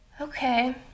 Okay